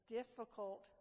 difficult